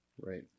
Right